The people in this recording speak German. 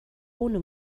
ohne